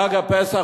חג הפסח,